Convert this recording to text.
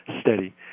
steady